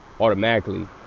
automatically